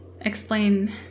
Explain